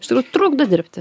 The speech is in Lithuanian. trukdo dirbti